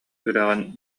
үрэҕин